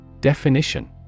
Definition